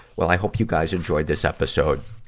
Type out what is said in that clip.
well, i hope you guys enjoyed this episode.